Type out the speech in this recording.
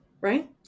right